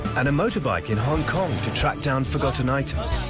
and a motorbike in hong kong to track down forgotten items.